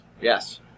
Yes